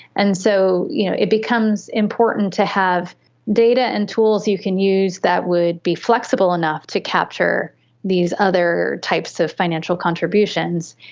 and so you know it becomes important to have data and tools you can use that would be flexible enough to capture these other types of financial contributions,